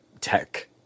tech